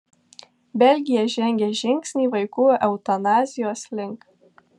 belgija žengė žingsnį vaikų eutanazijos link